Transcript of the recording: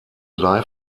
live